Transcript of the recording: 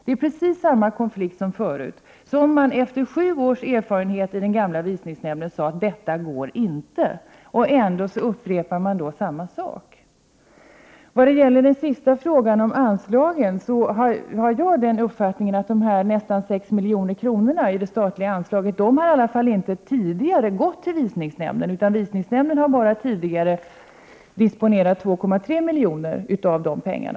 Det är alltså precis samma konflikter som tidigare. Efter sju års erfarenheter i den gamla visningsnämnden sade man att det inte gick att ha det så här. Ändå upprepas nu samma sak. På min sista fråga, om anslagen, är min uppfattning att de närmare 6 milj. Prot. 1988/89:114 kr. i det statliga anslaget inte tidigare har gått till Visningsnämnden. Nämnden har tidigare bara disponerat 2,3 milj.kr. av dessa pengar.